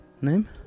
name